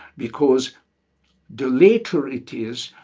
because the later it is,